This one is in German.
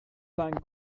sein